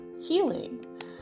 healing